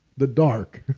the dark.